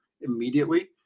immediately